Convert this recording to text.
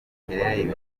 makerere